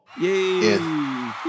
Yay